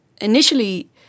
initially